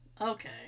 Okay